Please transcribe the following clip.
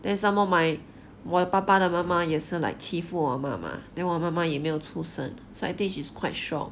then some more my 我的爸爸的妈妈也是 like 欺负我妈妈 then 我妈妈也没有出声 so I think she's quite strong